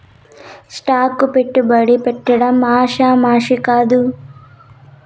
stock కు పెట్టుబడి పెట్టడం ఆషామాషీ కాదు